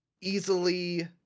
easily